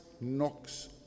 knocks